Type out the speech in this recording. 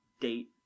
date